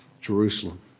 Jerusalem